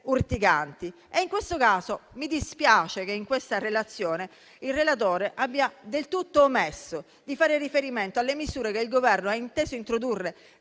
temi urticanti. Mi dispiace dunque che in questo caso il relatore abbia del tutto omesso di fare riferimento alle misure che il Governo ha inteso introdurre